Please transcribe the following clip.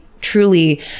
Truly